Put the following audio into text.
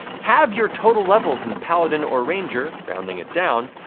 halve your total levels in paladin or ranger, rounding it down,